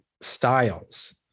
styles